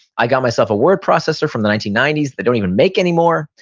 i got myself a word processor from the nineteen ninety s, they don't even make anymore,